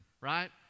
right